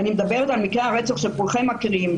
ואני מדברת על מקרי הרצח שכולכם מכירים,